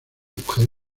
mujer